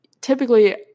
typically